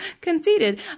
conceited